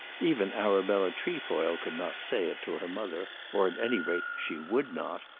even arabella trefoil could not say it to her mother or, at any rate, she would not.